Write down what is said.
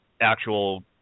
actual